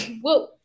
whoa